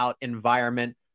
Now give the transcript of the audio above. environment